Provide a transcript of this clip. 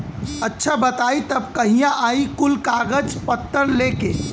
अच्छा बताई तब कहिया आई कुल कागज पतर लेके?